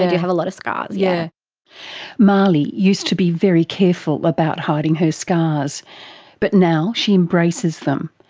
i do have a lot of scars. yeah mahlie used to be very careful about hiding her scars but now she embraces them,